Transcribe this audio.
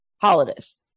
holidays